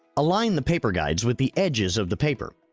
align the paper guides with the edges of the paper.